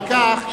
אם כך,